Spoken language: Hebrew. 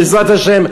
בעזרת השם,